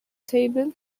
table